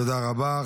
תודה רבה.